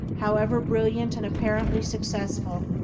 however brilliant and apparently successful,